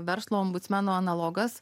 verslo ombudsmeno analogas